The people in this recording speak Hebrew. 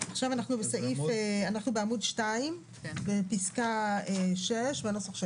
אנחנו בעמוד 2 בפסקה (6) בנוסח של